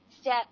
step